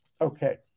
Okay